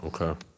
Okay